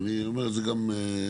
ואני אומר את זה גם עכשיו,